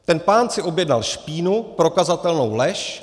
Ten pán si objednal špínu, prokazatelnou lež.